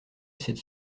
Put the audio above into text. cette